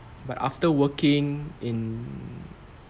but after working in